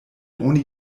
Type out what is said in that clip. oni